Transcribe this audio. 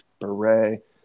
beret